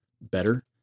better